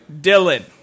Dylan